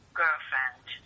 girlfriend